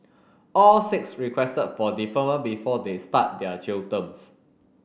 all six requested for deferment before they start their jail terms